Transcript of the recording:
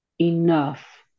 enough